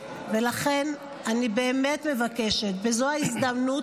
אני באמת מבקשת, זו ההזדמנות.